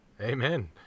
Amen